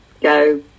go